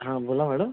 हा बोला मॅडम